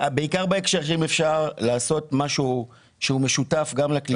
בעיקר בהקשר של אם אפשר לעשות משהו שהוא משותף גם לקליטה וגם לרווחה.